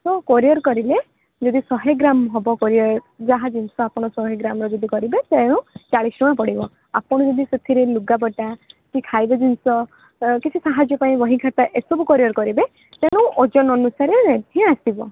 ତ କୋରିୟର୍ କରିଲେ ଯଦି ଶହେ ଗ୍ରାମ୍ ହେବ କୋରିୟର୍ ଯାହା ଜିନିଷ ଆପଣ ଶହେ ଗ୍ରାମ୍ର ଯଦି କରିବେ ତେଣୁ ଚାଳିଶ ଟଙ୍କା ପଡ଼ିବ ଆପଣଙ୍କୁ ବି ଯଦି ସେଥିରେ ଲୁଗା ପଟା କି ଖାଇବା ଜିନିଷ କିଛି ସାହାଯ୍ୟ ପାଇଁ ବହି ଖାତା ଏ ସବୁ କୋରିୟର୍ କରିବେ ତେଣୁ ଓଜନ ଅନୁସାରେ ହିଁ ଆସିବ